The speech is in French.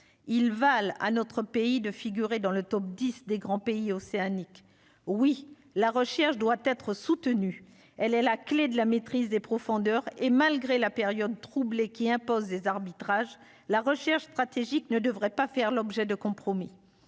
ils valent à notre pays de figurer dans le top 10 des grands pays océaniques oui, la recherche doit être soutenu, elle est la clé de la maîtrise des profondeurs et malgré la période troublée qui impose des arbitrages, la recherche stratégique, ne devrait pas faire l'objet de compromis,